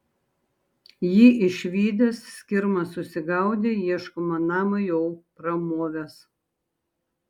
jį išvydęs skirma susigaudė ieškomą namą jau pramovęs